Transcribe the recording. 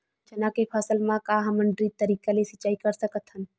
चना के फसल म का हमन ड्रिप तरीका ले सिचाई कर सकत हन?